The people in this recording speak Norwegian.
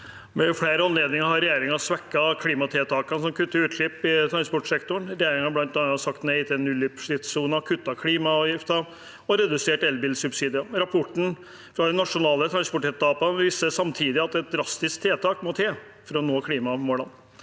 Ved flere anled- ninger har regjeringen svekket klimatiltakene som kutter utslipp i transportsektoren. Regjeringen har bl.a. sagt nei til nullutslippssoner, kuttet klimaavgifter og redusert elbilsubsidiene. Rapporten fra de nasjonale transportetatene viser samtidig at drastiske tiltak må til for å nå klimamålene.